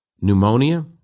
pneumonia